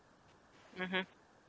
mmhmm